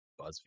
BuzzFeed